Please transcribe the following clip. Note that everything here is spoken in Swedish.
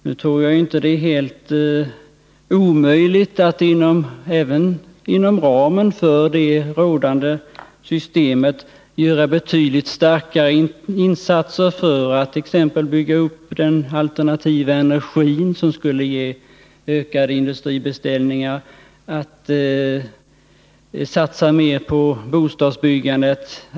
Nu tror jag inte att det är helt omöjligt ens inom ramen för det rådande systemet att göra betydligt starkare insatser för att exempelvis bygga upp den alternativa energin, som skulle ge ökade industribeställningar, och att satsa mer på bostadsbyggandet.